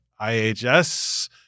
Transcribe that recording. IHS